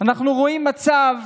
אנחנו רואים מצב